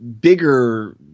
bigger